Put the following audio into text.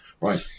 right